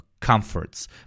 Comforts